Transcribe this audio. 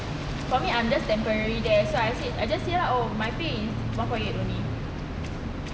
for me I'm just temporary there so I said I just said oh my paid is one point eight only